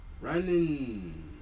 running